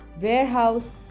warehouse